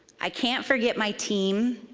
i can't forget my team.